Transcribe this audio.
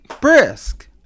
brisk